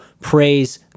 praise